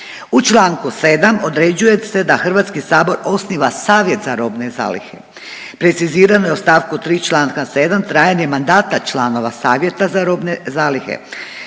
U Članku 7. određuje se da Hrvatski sabor osniva savjet za robne zalihe. Precizirano je u stavku 3. Članak 7. trajanje mandata članova savjeta za robne zalihe.